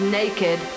naked